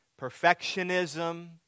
perfectionism